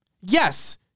Yes